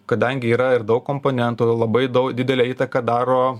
kadangi yra ir daug komponentų labai daug didelę įtaką daro